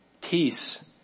peace